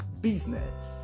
business